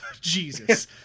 Jesus